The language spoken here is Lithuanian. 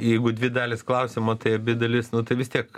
jeigu dvi dalys klausimo tai abi dalis nu tai vis tiek